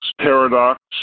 Paradox